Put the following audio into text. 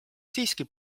siiski